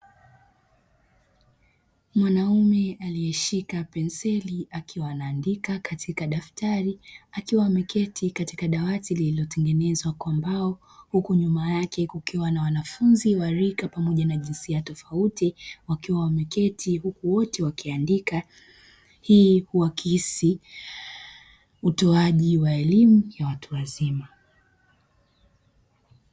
Mwanaume aliyeshika penseli akiwa anaandika katika daftari akiwa ameketi katika dawati lililotengenezwa kwa mbao huku nyuma yake kukiwa na wanafunzi wa rika pamoja na jinsia tofauti wakiwa wameketi huku wote wakiandika. Hii huakisi utoaji wa elimu ya watu wazima.